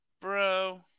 Bro